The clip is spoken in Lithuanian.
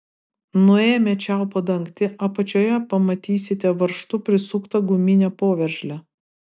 nuėmę čiaupo dangtį apačioje pamatysite varžtu prisuktą guminę poveržlę